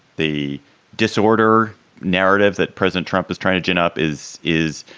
the disorder narrative that president trump is trying to gin up is is.